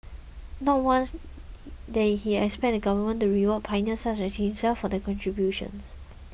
not once did he expect the government to reward pioneers such as himself for their contributions